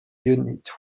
unit